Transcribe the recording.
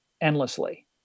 endlessly